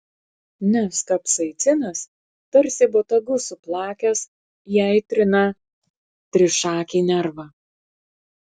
nes kapsaicinas tarsi botagu suplakęs įaitrina trišakį nervą